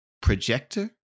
projector